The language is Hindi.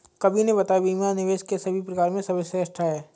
कवि ने बताया बीमा निवेश के सभी प्रकार में सर्वश्रेष्ठ है